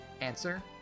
Answer